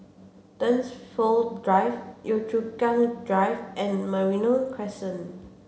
Dunsfold Drive Yio Chu Kang Drive and Merino Crescent